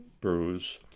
bruise